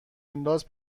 انداز